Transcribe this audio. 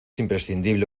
imprescindible